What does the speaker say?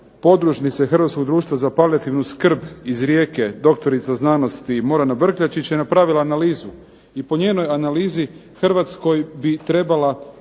podružnice Hrvatskog društva za palijativnu skrb iz Rijeke, doktorica znanosti Morana Brkljačić je napravila analizu i po njenoj analizi Hrvatskoj bi trebala